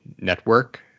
network